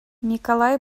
миколай